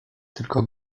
tylko